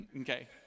Okay